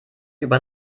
über